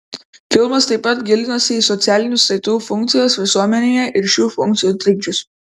filmas taip pat gilinasi į socialinių saitų funkcijas visuomenėje ir šių funkcijų trikdžius